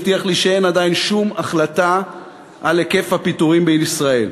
הבטיח לי שאין עדיין שום החלטה על היקף הפיטורים בישראל.